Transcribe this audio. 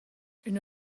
üna